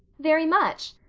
very much.